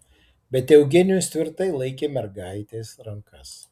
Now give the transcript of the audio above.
bet eugenijus tvirtai laikė mergaitės rankas